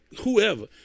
whoever